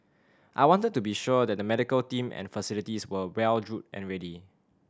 I wanted to be sure that the medical team and facilities were well drilled and ready